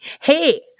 Hey